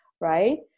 right